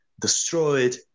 destroyed